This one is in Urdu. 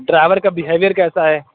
ڈرائیور کا بیہیویر کیسا ہے